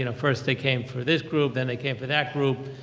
you know first they came for this group, then they came for that group,